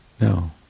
No